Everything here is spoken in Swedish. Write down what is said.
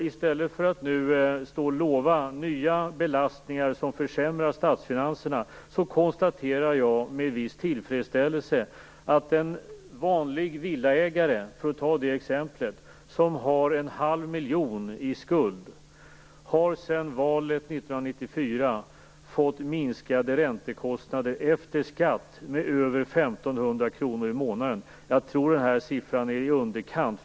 I stället för att lova nya belastningar som försämrar statsfinanserna konstaterar jag med viss tillfredsställelse att en vanlig villaägare, för att ta ett exempel, som har en halv miljon i skuld sedan valet 1994 har fått minskade räntekostnader efter skatt med över 1 500 kr i månaden. Jag tror att siffran är i underkant.